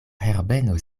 herbeno